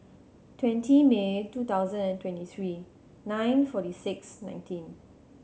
twenty May two thousand and twenty three nine forty six nineteen